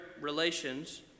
relations